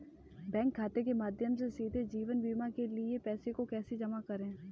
Bank खाते के माध्यम से सीधे जीवन बीमा के लिए पैसे को कैसे जमा करें?